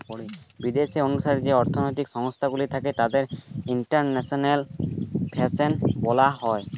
বিদেশের অনুসারে যে অর্থনৈতিক সংস্থা গুলো থাকে তাদের ইন্টারন্যাশনাল ফিনান্স বলা হয়